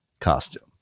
costume